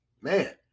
man